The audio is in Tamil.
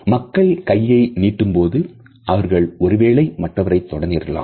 மக்கள் கையை நீட்டும் போது அவர்கள் ஒருவேளை மற்றவரை தொட நேரலாம்